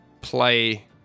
play